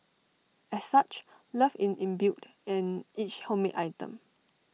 as such love in imbued in each homemade item